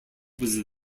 was